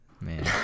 Man